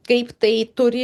kaip tai turi